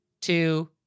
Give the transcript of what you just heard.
two